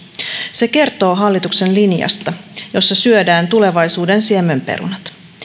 se kertoo hallituksen linjasta jossa syödään tulevaisuuden siemenperunat